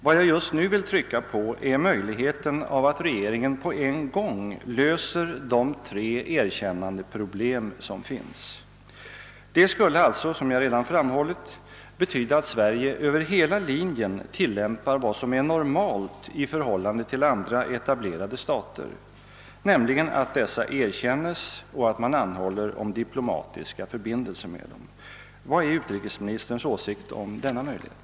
Vad jag just nu vill trycka på är möjligheten av att regeringen på en gång löser de tre erkännandeproblem som finns. Det skulle alltså, som jag redan framhållit, betyda att Sverige över hela linjen tillämpar vad som är normalt i förhållande till andra etablerade stater, nämligen att dessa erkänns och att man anhåller om diplomatiska förbindelser med dem. Vad är utrikesministerns åsikt om denna möjlighet?